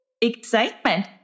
Excitement